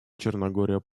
черногория